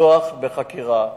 לפתוח בחקירה.